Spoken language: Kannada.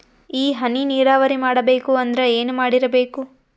ಈ ಹನಿ ನೀರಾವರಿ ಮಾಡಬೇಕು ಅಂದ್ರ ಏನ್ ಮಾಡಿರಬೇಕು?